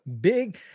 Big